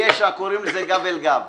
קוראים לזה גב אל גב.